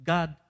God